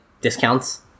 discounts